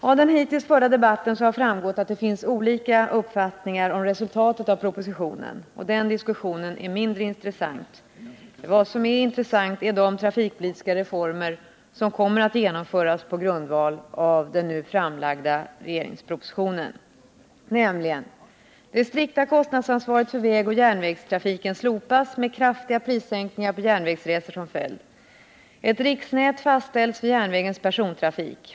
Av den hittills förda debatten har framgått att det finns olika uppfattningar om resultatet av propositionen. Den diskussionen är mindre intressant. Vad som är intressant är de trafikpolitiska reformer som kommer att genomföras på grundval av den nu framlagda regeringspropositionen, nämligen följande: Ett riksnät fastställs för järnvägens persontrafik.